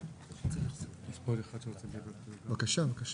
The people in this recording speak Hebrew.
אני לא התייחסתי לעניין של הארביטראז' הרגולטורי ולעניין של תווי